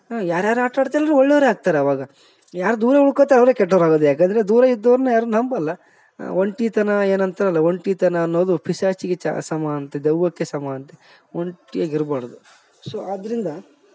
ಯಾರುಯಾರೋ ಆಟ ಆಡ್ತಿದ್ರೆ ಒಳ್ಳೆಯವರೆ ಆಗ್ತಾರೆ ಅವಾಗ ಯಾರು ದೂರ ಉಳ್ಕೊತಾರೆ ಕೆಟ್ಟವ್ರು ಆಗೋದ್ ಯಾಕಂದರೆ ದೂರ ಇದ್ದೋವ್ರನ್ನ ಯಾರು ನಂಬೋಲ್ಲ ಒಂಟಿತನ ಏನಂತ ಅಲ್ಲ ಒಂಟಿತನ ಅನ್ನೋದು ಪಿಶಾಚಿಗೆ ಸಮ ಅಂತ ದೆವ್ವಕ್ಕೆ ಸಮ ಅಂತೆ ಒಂಟಿಯಾಗಿ ಇರ್ಬಾರ್ದು ಸೋ ಅದ್ರಿಂದ